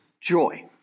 joy